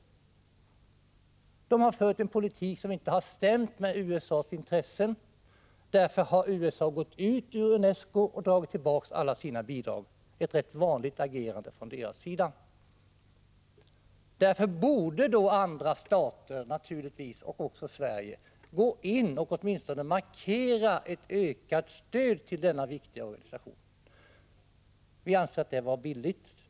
UNESCO har fört en politik som inte har stämt med USA:s intressen. Därför har USA gått ut ur UNESCO och dragit tillbaka alla sina bidrag, ett rätt vanligt agerande från USA:s sida. Därför borde naturligtvis andra stater, också Sverige, gå in och åtminstone markera ett ökat stöd till denna viktiga organisation. Vi anser att det vore billigt.